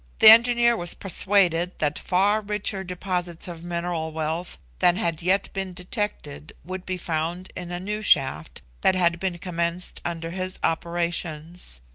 the engineer was persuaded that far richer deposits of mineral wealth than had yet been detected, would be found in a new shaft that had been commenced under his operations.